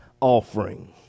offering